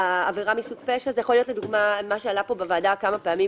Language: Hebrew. עבירה מסוג פשע זה יכול להיות מה שעלה כמה פעמים כאן בוועדה,